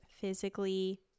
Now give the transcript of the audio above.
physically